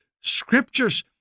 scriptures